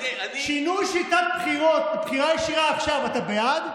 שינוי שיטת בחירות, בחירה ישירה עכשיו, אתה בעד?